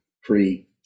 free